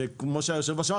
שכמו שהיושב-ראש אמר,